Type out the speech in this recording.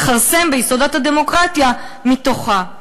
לכרסם ביסודות הדמוקרטיה מתוכה.